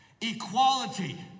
Equality